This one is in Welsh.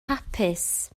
hapus